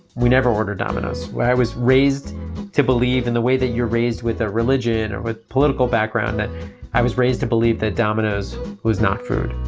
we never ordered domino's. i was raised to believe in the way that you're raised with a religion or with political background, that i was raised to believe that domino's was not food